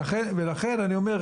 ולכן אני אומר,